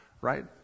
Right